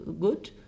good